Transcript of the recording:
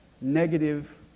negative